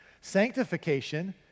Sanctification